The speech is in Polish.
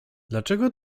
dlaczego